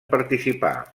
participar